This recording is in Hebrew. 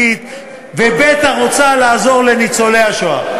ובטח רוצה לעזור לניצולי השואה.